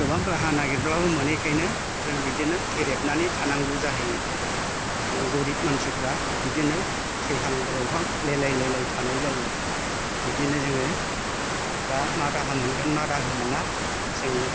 गोबां राहा नागिरब्लाबो मोनैखायनो जों बिदिनो गेरेबनानै थानांगौ जाहैयो मानि गरिब मानसिफ्रा बिदिनो थैहां गरबहां लेलाय लेलाय थानाय जायो बिदिनो जोङो दा मा राहा मोनगोन मा राहा मोना जोङो